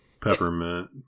peppermint